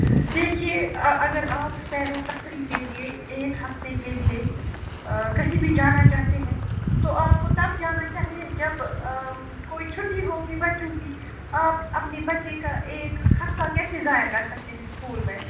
دیکھیئے اگر آپ سیر و تفریح کے لیے ایک ہفتے کے لیے کہیں بھی جانا چاہتے ہیں تو آپ کو تب جانا چاہیے جب کوئی چھٹی ہوگی بٹ چوں کہ آپ اپنے بچے کا ایک ہفتہ کیسے ضائع کر سکتے ہیں اسکول میں